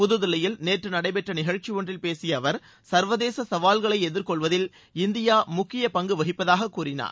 புதுதில்லியில் நேற்று நடைபெற்ற நிகழ்ச்சி ஒன்றில் பேசிய அவர் சர்வதேச கவால்களை எதிர்கொள்வதில் இந்தியா முக்கிய பங்கு வகிப்பதாக கூறினார்